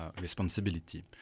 responsibility